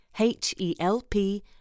H-E-L-P